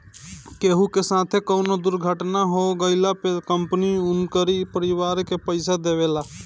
केहू के साथे कवनो दुर्घटना हो गइला पे कंपनी उनकरी परिवार के पईसा देवेला